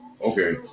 Okay